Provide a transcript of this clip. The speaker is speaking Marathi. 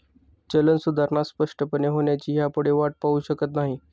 चलन सुधारणा स्पष्टपणे होण्याची ह्यापुढे वाट पाहु शकत नाही